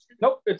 Nope